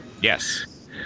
Yes